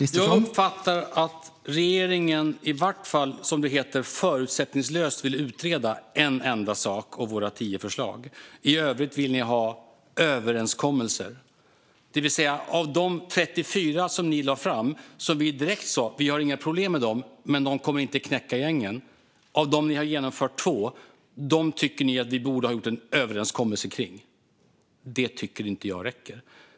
Herr talman! Jag uppfattar att regeringen i varje fall vill, som det heter, förutsättningslöst utreda ett enda av våra tio förslag. I övrigt vill ni ha överenskommelser, Stefan Löfven. De 34 punkter som ni lade fram - vi sa direkt att vi inte har några problem med dem, men de kommer inte att knäcka gängen - och av vilka ni har genomfört två tycker ni alltså att vi borde ha gjort en överenskommelse kring. Det tycker inte jag räcker.